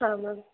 ಹಾಂ ಮ್ಯಾಮ್